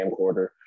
camcorder